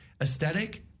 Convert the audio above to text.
aesthetic